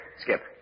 Skip